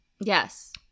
Yes